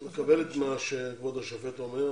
אני מקבל את מה שכבוד השופט אומר.